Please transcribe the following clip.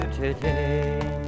today